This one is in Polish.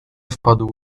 wpadł